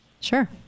sure